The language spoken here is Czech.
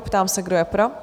Ptám se, kdo je pro?